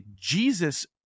Jesus